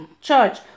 church